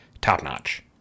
top-notch